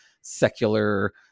secular